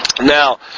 Now